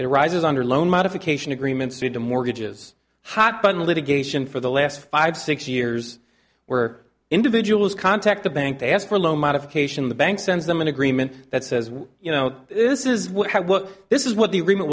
it arises under loan modification agreements we do mortgages hot button litigation for the last five six years where individuals contact the bank to ask for a loan modification the bank sends them an agreement that says you know this is what this is what the